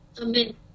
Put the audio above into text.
amen